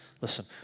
listen